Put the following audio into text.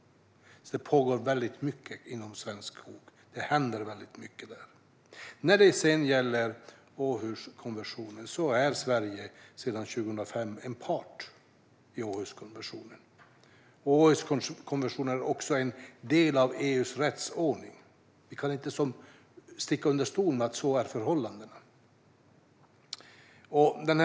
Det pågår mycket inom svensk skog, och det händer väldigt mycket där. Sverige är sedan 2005 en part i Århuskonventionen. Konventionen är också en del av EU:s rättsordning. Vi kan inte sticka under stol med att förhållandena är sådana.